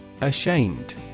Ashamed